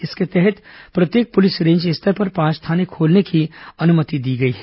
इसके तहत प्रत्येक पुलिस रेंज स्तर पर पांच थाने खोलने की अनुमति दी गई है